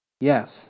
Yes